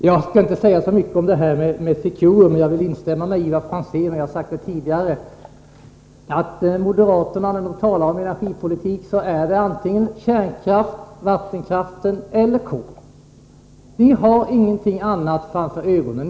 Jag skall inte säga så mycket om Secure, men jag vill instämma med Ivar Franzén. Jag har också sagt detta tidigare. När moderaterna talar om energipolitik, gäller det bara kärnkraft, vattenkraft eller kol. Ni har ingenting annat framför ögonen.